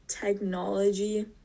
Technology